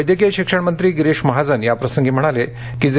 वैद्यकीय शिक्षणमंत्री गिरीष महाजन यांनी याप्रसंगी म्हणाले की जे